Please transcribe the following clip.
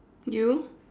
you